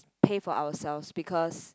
pay for ourselves because